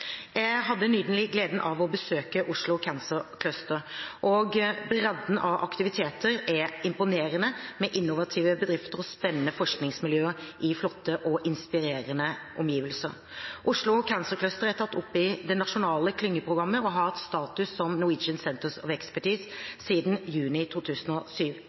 Jeg hadde nylig gleden av å besøke Oslo Cancer Cluster, og bredden av aktiviteter er imponerende, med innovative bedrifter og spennende forskningsmiljøer i flotte og inspirerende omgivelser. Oslo Cancer Cluster er tatt opp i det nasjonale klyngeprogrammet og har hatt status som et Norwegian Centre of Expertise siden juni 2007.